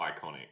iconic